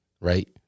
Right